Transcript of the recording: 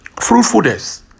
fruitfulness